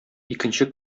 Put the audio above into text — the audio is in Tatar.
икенче